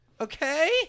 Okay